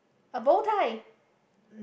a bow tie